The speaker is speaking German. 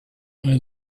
einer